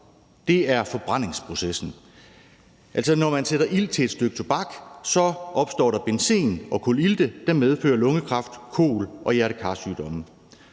synder forbrændingsprocessen. Altså, når man sætter ild til et stykke tobak, opstår der benzen og kulilte, der medfører lungekræft, kol og hjerte-kar-sygdomme.